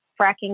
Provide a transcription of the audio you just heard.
fracking